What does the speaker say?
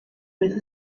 with